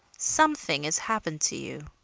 something has happened to you.